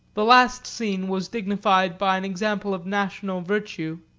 the last scene was dignified by an example of national virtue.